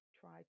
try